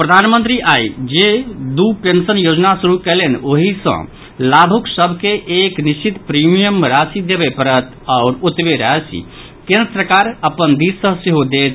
प्रधानमंत्री आइ जे दू पेंशन योजना शुरू कयलनि ओहि सॅ लाभुक सभ के एक निश्चित प्रीमियम राशि देबय पड़त आओर ओतबे राशि केन्द्र सरकार अपन दिस सॅ सेहो देत